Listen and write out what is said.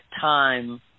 time